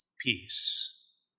peace